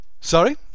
Sorry